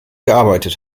gearbeitet